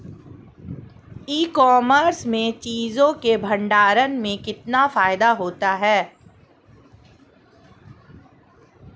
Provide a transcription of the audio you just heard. ई commerce में चीज़ों के भंडारण में कितना फायदा होता है?